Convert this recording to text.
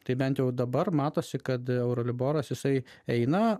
tai bent jau dabar matosi kad euroliboras jisai eina